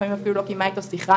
לפעמים אפילו לא קיימה אתו שיחה,